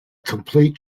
complete